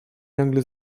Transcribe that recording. nagle